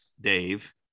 Dave